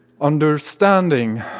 Understanding